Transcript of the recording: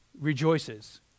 rejoices